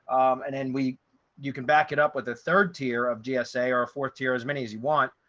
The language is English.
and then we you can back it up with a third tier of gsa or a fourth tier, as many as you want.